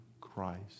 Christ